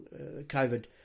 COVID